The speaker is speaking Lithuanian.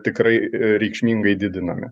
tikrai reikšmingai didinami